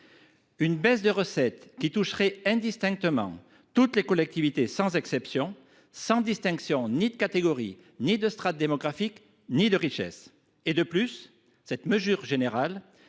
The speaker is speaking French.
diminution de recettes toucherait indistinctement toutes les collectivités sans exception et sans distinction de catégorie, de strate démographique ou de richesse. De plus, cette mesure générale